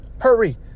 Hurry